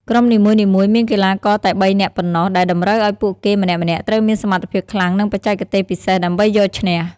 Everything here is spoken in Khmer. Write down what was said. ក្រុមនីមួយៗមានកីឡាករតែបីនាក់ប៉ុណ្ណោះដែលតម្រូវឲ្យពួកគេម្នាក់ៗត្រូវមានសមត្ថភាពខ្លាំងនិងបច្ចេកទេសពិសេសដើម្បីយកឈ្នះ។